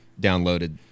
downloaded